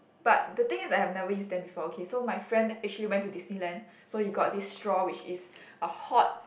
but the thing is I have never use them before okay so my friend actually went to Disneyland so he got this straw which is a hot